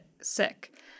sick